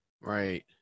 Right